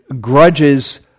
grudges